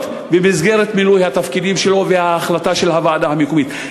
במסגרת מילוי התפקידים שלו וההחלטות של הוועדה המקומית.